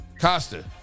Costa